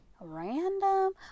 random